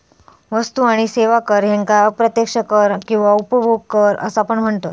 वस्तू आणि सेवा कर ह्येका अप्रत्यक्ष कर किंवा उपभोग कर असा पण म्हनतत